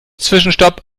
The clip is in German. zwischenstopp